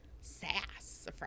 sass